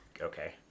okay